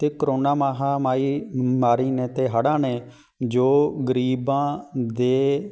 ਅਤੇ ਕਰੋਨਾ ਮਹਾਂਮਾਰੀ ਮਾਰੀ ਨੇ ਅਤੇ ਹੜ੍ਹਾਂ ਨੇ ਜੋ ਗਰੀਬਾਂ ਦੇ